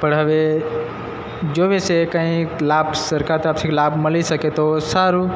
પણ હવે જોવે છે કાંઈક લાભ સરકાર તરફથી લાભ મળી શકે તો સારું